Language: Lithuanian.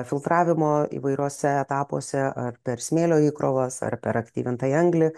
filtravimo įvairiuose etapuose ar per smėlio įkrovas ar per aktyvintąją anglį